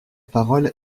parole